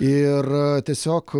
ir tiesiog